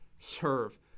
serve